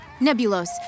Nebulos